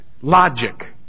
logic